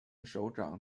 首长